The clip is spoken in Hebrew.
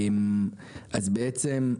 בעצם,